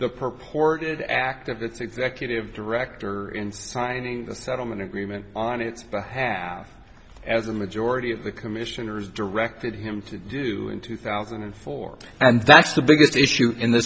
the purport act of its executive director and signing the settlement agreement on its behalf as the majority of the commissioners directed him to do in two thousand and four and that's the biggest issue in th